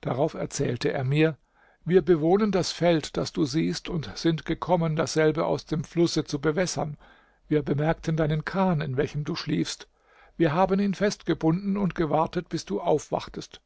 drauf erzählte er mir wir bewohnen das feld das du siehst und sind gekommen dasselbe aus dem flusse zu bewässern wir bemerkten deinen kahn in welchem du schliefst wir haben ihn festgebunden und gewartet bis du aufwachtest